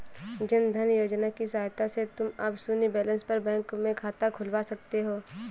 जन धन योजना की सहायता से तुम अब शून्य बैलेंस पर बैंक में खाता खुलवा सकते हो